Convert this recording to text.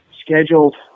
scheduled